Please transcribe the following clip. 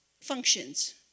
functions